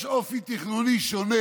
יש אופי תכנוני שונה,